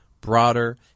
broader